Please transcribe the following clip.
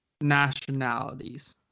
nationalities